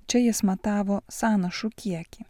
čia jis matavo sąnašų kiekį